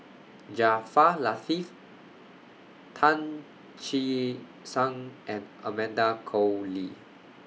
Jaafar Latiff Tan Che Sang and Amanda Koe Lee